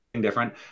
different